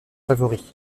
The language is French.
favori